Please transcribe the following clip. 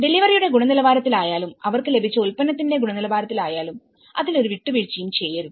ഡെലിവറിയുടെ ഗുണനിലവാരത്തിലായാലും അവർക്ക് ലഭിച്ച ഉൽപ്പന്നത്തിന്റെ ഗുണനിലവാരത്തിലായാലും അതിൽ ഒരു വിട്ടുവീഴ്ചയും ചെയ്യരുത്